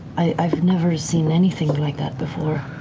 i've never seen anything like that before.